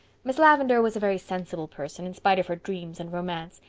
miss lavendar was a very sensible person, in spite of her dreams and romance,